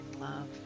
love